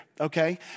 okay